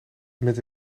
met